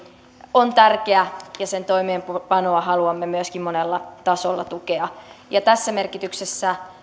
on tärkeä ja sen toimeenpanoa haluamme myöskin monella tasolla tukea tässä merkityksessä